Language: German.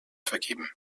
vergeben